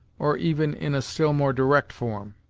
or even in a still more direct form.